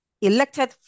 elected